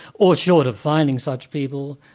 or short of finding such people,